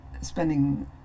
spending